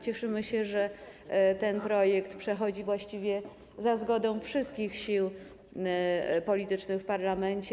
Cieszymy się, że ten projekt przechodzi właściwie za zgodą wszystkich sił politycznych w parlamencie.